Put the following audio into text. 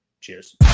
Cheers